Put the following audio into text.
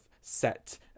set